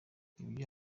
ibyo